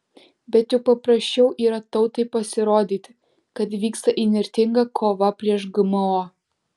bet juk paprasčiau yra tautai pasirodyti kad vyksta įnirtinga kova prieš gmo